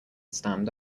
stand